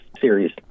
series